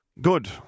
Good